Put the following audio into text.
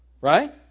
Right